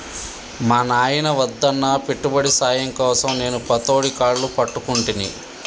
మా నాయిన వద్దన్నా పెట్టుబడి సాయం కోసం నేను పతోడి కాళ్లు పట్టుకుంటిని